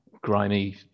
grimy